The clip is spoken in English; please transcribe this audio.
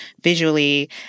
visually